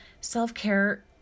Self-care